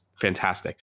fantastic